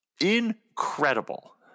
Incredible